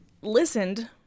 listened